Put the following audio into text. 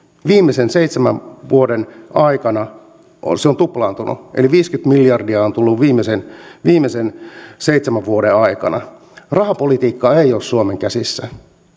viimeisen seitsemän vuoden aikana se on tuplaantunut eli viisikymmentä miljardia on tullut viimeisen viimeisen seitsemän vuoden aikana rahapolitiikka ei ole suomen käsissä